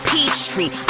Peachtree